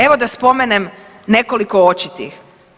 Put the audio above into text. Evo da spomenem nekoliko očitih.